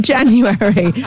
January